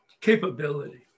capability